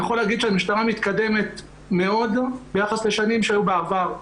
אני יכול להגיד שהמשטרה מתקדמת מאוד ביחס לשנים שהיו שעבר.